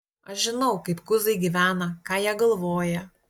aš žinau kaip kuzai gyvena ką jie galvoja